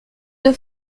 deux